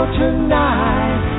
tonight